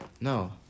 No